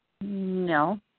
no